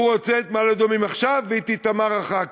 הוא רוצה את מעלה-אדומים עכשיו ואת איתמר אחר כך.